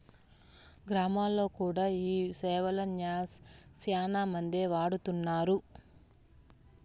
గ్రామాల్లో కూడా ఈ సేవలు శ్యానా మందే వాడుతున్నారు